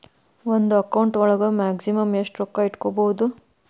ಒಂದು ಅಕೌಂಟ್ ಒಳಗ ಮ್ಯಾಕ್ಸಿಮಮ್ ಎಷ್ಟು ರೊಕ್ಕ ಇಟ್ಕೋಬಹುದು?